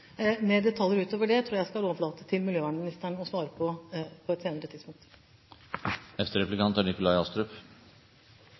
detaljer utover det tror jeg at jeg skal overlate til miljøvernministeren å svare på på et senere